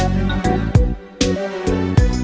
and then the